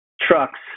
trucks